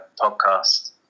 podcast